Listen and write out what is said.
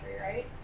right